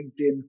LinkedIn